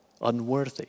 unworthy